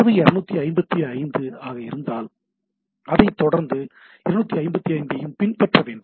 தரவு 255 ஆக இருந்தால் அதைத் தொடர்ந்து 255 ஐயும் பின்பற்ற வேண்டும்